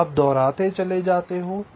तुम दोहराते चले जाते हो